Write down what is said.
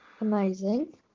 Amazing